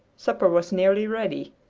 supper was nearly ready.